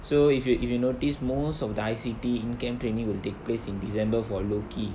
so if you if you noticed most of the I_C_T in camp training will take place in december for low key